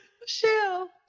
Michelle